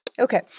Okay